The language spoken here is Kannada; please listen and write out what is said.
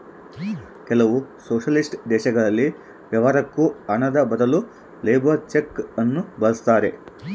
ಕೆಲವು ಸೊಷಲಿಸ್ಟಿಕ್ ದೇಶಗಳಲ್ಲಿ ವ್ಯವಹಾರುಕ್ಕ ಹಣದ ಬದಲು ಲೇಬರ್ ಚೆಕ್ ನ್ನು ಬಳಸ್ತಾರೆ